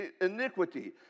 iniquity